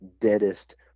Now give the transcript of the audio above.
deadest